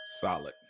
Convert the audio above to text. solid